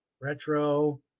Retro